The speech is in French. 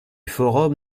forum